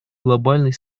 глобальной